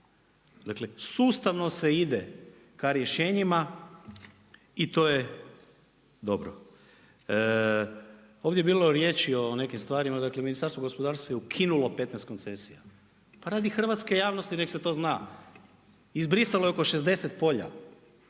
Dakle, sustavno se ide ka rješenjima i to je dobro. Ovdje je bilo riječi o nekim stvarima. Dakle, Ministarstvo gospodarstva je ukinulo 15 koncesija. Pa radi hrvatske javnosti, nek se to zna. Izbrisalo je oko 60 polja.